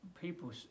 People